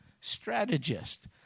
strategist